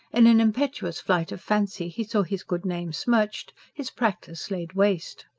in an impetuous flight of fancy he saw his good name smirched, his practice laid waste.